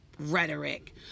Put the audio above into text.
rhetoric